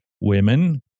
Women